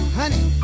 honey